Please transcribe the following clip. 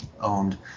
owned